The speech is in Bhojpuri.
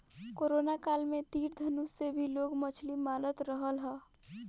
कोरोना काल में तीर धनुष से भी लोग मछली मारत रहल हा